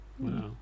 Wow